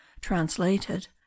translated